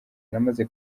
namaze